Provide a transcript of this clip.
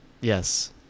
Yes